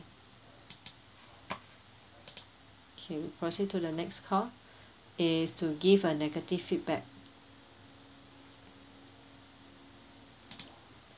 okay proceed to the next call is to give a negative feedback